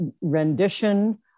rendition